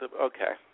Okay